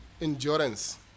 endurance